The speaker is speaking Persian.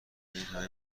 اینهمه